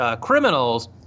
criminals